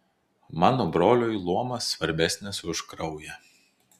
mano broliui luomas svarbesnis už kraują